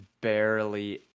barely